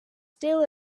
still